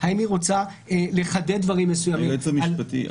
היועץ המשפטי,